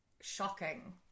shocking